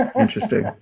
Interesting